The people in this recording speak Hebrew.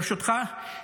ברשותך,